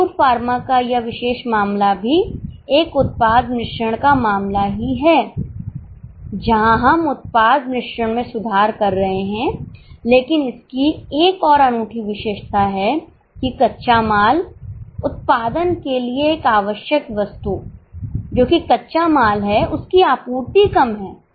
Ayur pharma का यह विशेष मामला भी एक उत्पाद मिश्रण का मामला ही है जहां हम उत्पाद मिश्रण में सुधार कर रहे हैं लेकिन इसकी एक और अनूठी विशेषता है कि कच्चा माल उत्पादन के लिए एक आवश्यक वस्तु जो कि कच्चा माल है उसकी आपूर्ति कम है